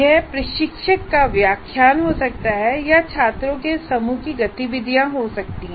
यह प्रशिक्षक का व्याख्यान हो सकता है या छात्रों के समूह की गतिविधियाँ हो सकती हैं